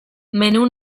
menu